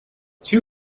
two